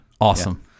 awesome